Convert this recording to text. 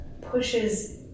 pushes